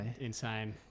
insane